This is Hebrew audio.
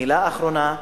מלה אחרונה.